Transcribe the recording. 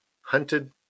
Hunted